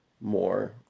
more